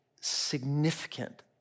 significant